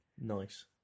Nice